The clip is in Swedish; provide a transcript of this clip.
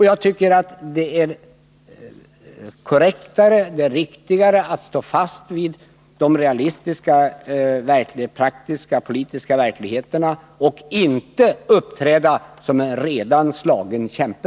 Jag tycker det är mer korrekt att stå fast vid den praktiska och politiska verkligheten i stället för att uppträda som en redan slagen kämpe.